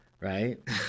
right